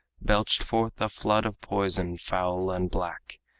belched forth a flood of poison, foul and black,